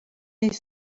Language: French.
est